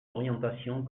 orientations